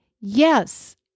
Yes